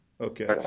Okay